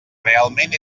realment